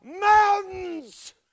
mountains